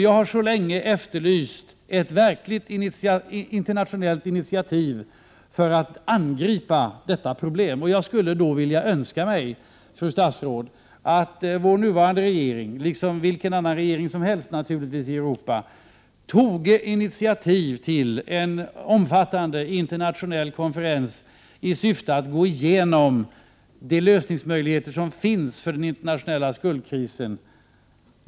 Jag har länge efterlyst ett verkligt internationellt initiativ för att angripa detta problem. Min önskan, fru statsråd, är att den nuvarande regeringen liksom naturligtvis vilken annan regering som helst i Europa tar initiativ till en omfattande internationell konferens i syfte att gå igenom de lösningsmöjligheter som finns för den internationella skuldkrisen.